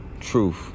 truth